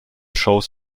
shows